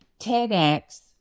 TEDx